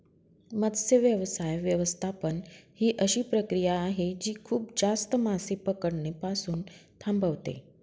मत्स्य व्यवसाय व्यवस्थापन ही अशी प्रक्रिया आहे जी खूप जास्त मासे पकडणे पासून थांबवते